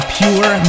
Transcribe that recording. pure